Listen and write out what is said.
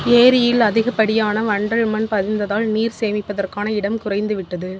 ஏரியில் அதிகப்படியான வண்டல் மண் பதிந்ததால் நீர் சேமிப்பதற்கான இடம் குறைந்துவிட்டது